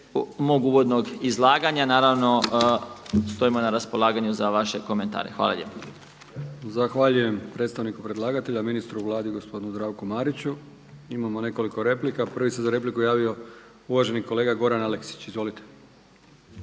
mog uvodnog izlaganja. Naravno, stojimo na raspolaganju za vaše komentare. Hvala lijepo. **Brkić, Milijan (HDZ)** Zahvaljujem predstavniku predlagatelja, ministru u Vladi gospodinu Zdravku Mariću. Imamo nekoliko replika. Prvi se za repliku javio uvaženi kolega Goran Aleksić. Izvolite.